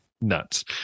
Nuts